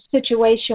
situation